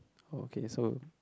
okay so